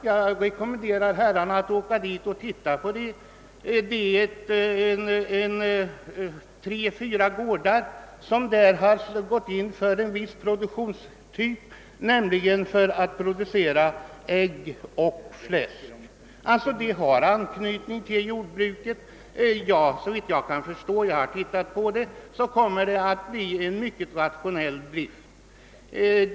Jag rekommenderar herrarna att åka och titta på dessa tre å fyra gårdar, där man gått in för att producera ägg och fläsk. De har anknytning till jordbruket. Jag har studerat fallet, och såvitt jag förstår kommer det att bli en mycket rationell drift.